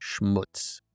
schmutz